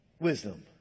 wisdom